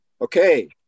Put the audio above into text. Okay